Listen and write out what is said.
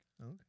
Okay